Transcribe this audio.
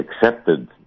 accepted